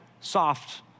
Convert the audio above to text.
soft